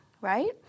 right